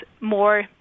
more